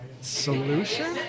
solution